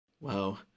Wow